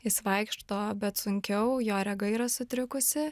jis vaikšto bet sunkiau jo rega yra sutrikusi